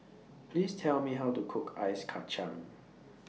Please Tell Me How to Cook Ice Kacang